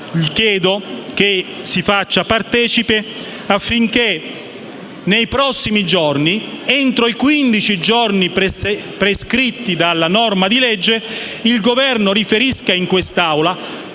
chiedo che si faccia partecipe affinché nei prossimi giorni, entro i quindici giorni prescritti dalla norma di legge, il Governo riferisca all'Assemblea,